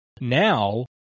now